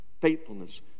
faithfulness